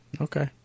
okay